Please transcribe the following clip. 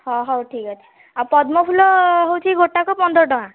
ହଁ ହଉ ଠିକ୍ ଅଛି ଆଉ ପଦ୍ମ ଫୁଲ ହେଉଛି ଗୋଟାକ ପନ୍ଦର ଟଙ୍କା